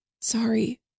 Sorry